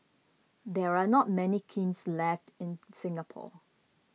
there are not many kilns left in Singapore